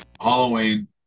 Halloween